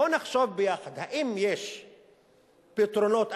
בואו ונחשוב ביחד: 1. האם יש פתרונות אחרים?